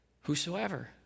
whosoever